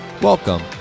Welcome